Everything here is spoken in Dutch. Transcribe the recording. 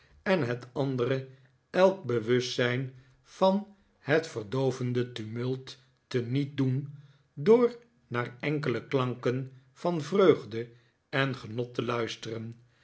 en het andere elk bewustzijn van het verdoovende tumult te niet doen door naar enkele klanken van vreugde en genot te luisteren